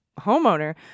homeowner